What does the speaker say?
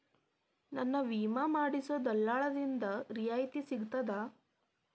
ನನ್ನ ವಿಮಾ ಮಾಡಿಸೊ ದಲ್ಲಾಳಿಂದ ರಿಯಾಯಿತಿ ಸಿಗ್ತದಾ?